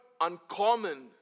uncommon